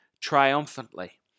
triumphantly